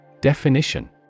Definition